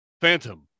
Phantom